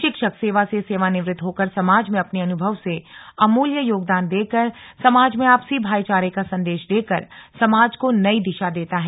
शिक्षक सेवा से सेवानिवृत्त होकर समाज में अपने अनुभव से अमूल्य योगदान देकर समाज में आपसी भाईचारे का संदेश देकर समाज को नई दिशा देता है